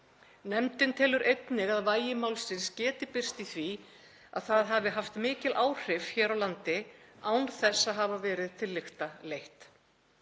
Nefndin telur einnig að vægi málsins geti birst í því að það hafi haft mikil áhrif hér á landi án þess að hafa verið til lykta leitt.